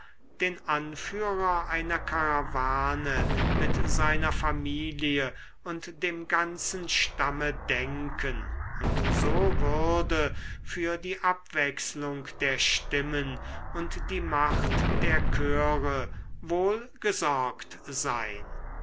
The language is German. den anführer einer karawane mit seiner familie und dem ganzen stamme denken und so würde für die abwechselung der stimmen und die macht der chöre wohl gesorgt sein